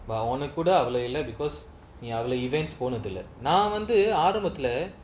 ba~ ஒனக்கூட அவளோ இல்ல:onakkooda avalo illa because நீ அவல:nee avala events போனதில்ல நா வந்து ஆரம்பத்துல:ponathilla na vanthu aarambathula